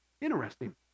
Interesting